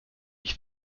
ich